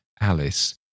Alice